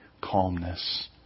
calmness